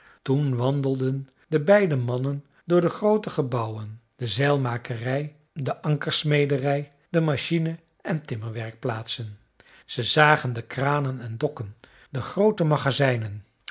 toen wandelden de beide mannen door de groote gebouwen de zeilmakerij de ankersmederij de machine en timmerwerkplaatsen ze zagen de kranen en dokken de groote magazijnen